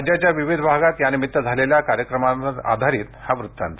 राज्याच्या विविध भागात यानिमित्त झालेल्या कार्यक्रमांवर आधारित हा वृत्तांत